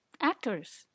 actors